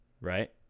right